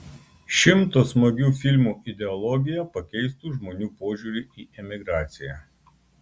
šimto smagių filmų ideologija pakeistų žmonių požiūrį į emigraciją